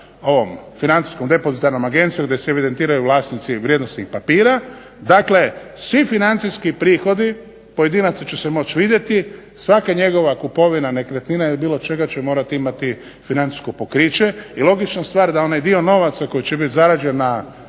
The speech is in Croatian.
ovom Financijskom depozitarnom agencijom gdje se evidentiraju vlasnici vrijednosnih papira. Dakle, svi financijski prihodi pojedinaca će se moći vidjeti. Svaka njegova kupovina nekretnina ili bilo čega će morati imati financijsko pokriće. I logična stvar da onaj dio novaca koji će biti zarađen na